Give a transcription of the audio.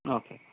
okay